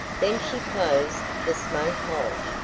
then she closed the smoke hole.